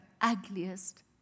ugliest